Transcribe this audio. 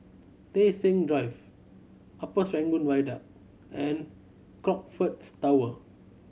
Tei Seng Drive Upper Serangoon Viaduct and Crockfords Tower